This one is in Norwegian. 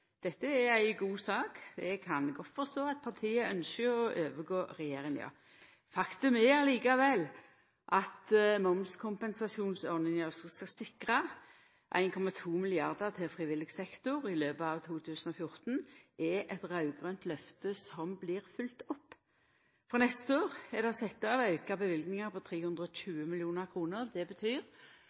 Dette er ei god sak. Eg kan godt forstå at partiet ynskjer å overgå regjeringa. Faktum er likevel at momskompensasjonsordninga, som skal sikra 1,2 mrd. kr til frivillig sektor i løpet av 2014, er eit raud-grønt løfte som blir følgt opp. For neste år er det sett av auka løyvingar på 320 mill. kr. Det betyr